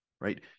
right